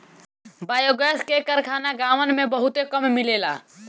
biogas क कारखाना गांवन में बहुते कम मिलेला